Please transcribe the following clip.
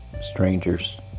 strangers